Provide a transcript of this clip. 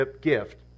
gift